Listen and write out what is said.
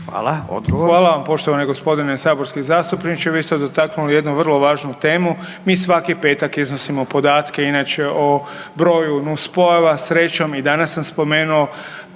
(HDZ)** Hvala vam poštovani g. saborski zastupniče. Vi ste dotaknuli jednu vrlo važnu temu. Mi svaki petak iznosimo podatke inače o broju nus pojava. Srećom i danas sam spomenuo